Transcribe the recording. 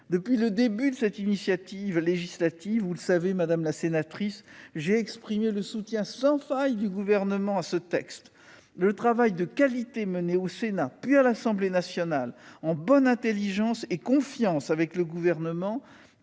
Depuis le début de cette initiative législative, vous le savez, madame la rapporteure, j'ai exprimé le soutien sans faille du Gouvernement à ce texte. Le travail de qualité mené au Sénat puis à l'Assemblée nationale, en bonne intelligence et confiance avec le Gouvernement,